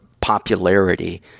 popularity